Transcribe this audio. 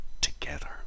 together